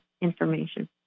information